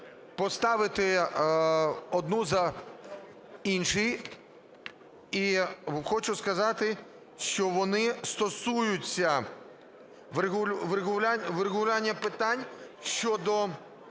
поставити одну за іншою. І хочу сказати, що вони стосуються врегулювання питань щодо